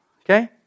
Okay